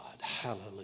Hallelujah